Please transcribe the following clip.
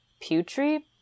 Putri